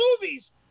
movies